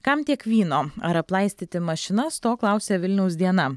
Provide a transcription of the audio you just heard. kam tiek vyno ar aplaistyti mašinas to klausia vilniaus diena